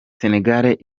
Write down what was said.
senegal